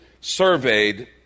surveyed